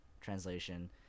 translation